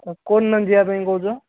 ହଉ କେଉଁ ଦିନ ଯିବା ପାଇଁ କହୁଛ